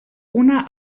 una